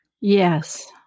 Yes